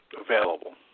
available